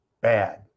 bad